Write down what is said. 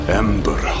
ember